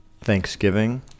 Thanksgiving